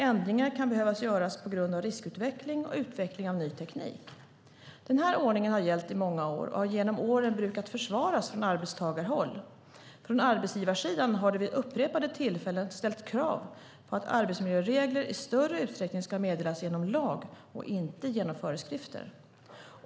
Ändringar kan behöva göras på grund av riskutveckling och utveckling av ny teknik. Den här ordningen har gällt i många år och har genom åren brukat försvaras från arbetstagarhåll. Från arbetsgivarsidan har det vid upprepade tillfällen ställts krav på att arbetsmiljöregler i större utsträckning ska meddelas genom lag och inte genom föreskrifter.